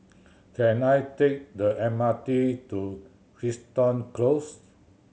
can I take the M R T to Crichton Close